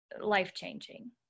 life-changing